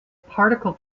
particle